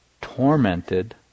tormented